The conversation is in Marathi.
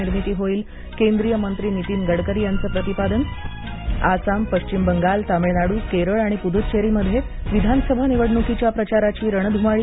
निर्मिती होईल केंद्रीय मंत्री नितीन गडकरी यांचं प्रतिपादन आसाम पश्चिम बंगाल तामिळनाडू केरळ आणि पुद्दुचेरीमध्ये विधानसभा निवडणुकीच्या प्रचाराची रणधुमाळी